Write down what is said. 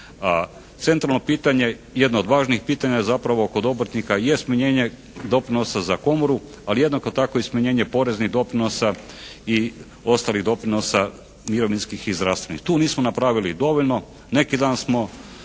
centralno pitanje, jedno od važnih pitanja zapravo kod obrtnika je smanjenje doprinosa za komoru. Ali jednako tako i smanjenje poreznih doprinosa i ostalih doprinosa mirovinskih i zdravstvenih. Tu nismo napravili dovoljno. Neki dan smo